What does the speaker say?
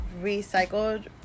recycled